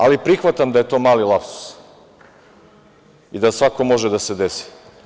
Ali, prihvatam da je to mali lapsus i da svakom može da se desi.